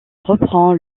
reprend